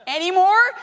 anymore